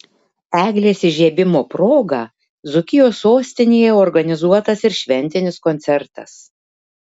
eglės įžiebimo proga dzūkijos sostinėje organizuotas ir šventinis koncertas